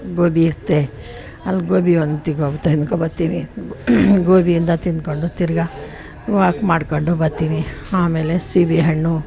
ಗೋಬಿ ಇರ್ತೆ ಅಲ್ಲಿ ಗೋಬಿಗಳನ್ನು ತಗೋ ತಿನ್ಕೋ ಬತ್ತೀನಿ ಗೋಬಿಯಿಂದ ತಿನ್ಕೊಂಡು ತಿರ್ಗಾ ವಾಕ್ ಮಾಡ್ಕೊಂಡು ಬತ್ತೀನಿ ಆಮೇಲೆ ಸೀಬೆ ಹಣ್ಣು